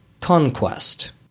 Conquest